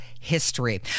history